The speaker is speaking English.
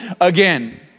again